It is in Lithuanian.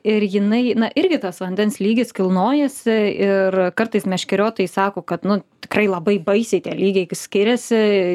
ir jinai na irgi tas vandens lygis kilnojasi ir kartais meškeriotojai sako kad nu tikrai labai baisiai tie lygiai gi skiriasi